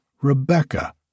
Rebecca